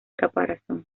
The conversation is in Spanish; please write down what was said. caparazón